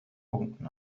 punkten